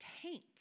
taint